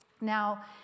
Now